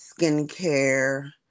skincare